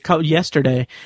yesterday